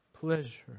pleasure